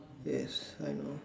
yes I know